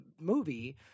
movie